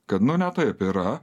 kad nu ne taip yra